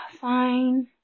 Fine